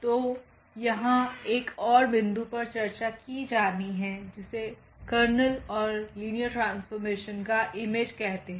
तो यहां एक और बिंदु पर चर्चा की जानी है जिसे कर्नेल और लिनियर ट्रांसफॉर्मेशन का इमेज कहते है